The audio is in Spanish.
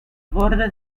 bordes